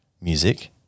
music